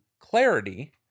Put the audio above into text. Clarity